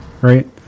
right